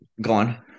gone